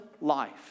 life